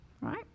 right